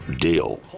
deal